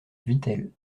vittel